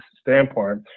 standpoint